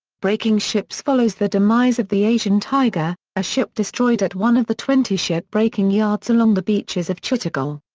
breaking ships follows the demise of the asian tiger, a ship destroyed at one of the twenty ship-breaking yards along the beaches of chittagong.